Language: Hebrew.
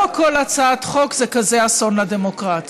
אמרת: לא כל הצעת חוק זה כזה אסון לדמוקרטיה.